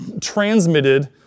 transmitted